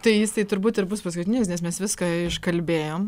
tai jisai turbūt ir bus paskutinis nes mes viską iškalbėjom